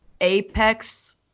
Apex